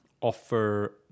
offer